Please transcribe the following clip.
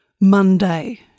Monday